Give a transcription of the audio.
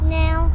now